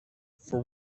for